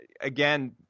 again